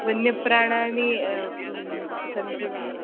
वन्यप्राणिनि सन्ति वा